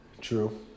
True